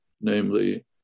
namely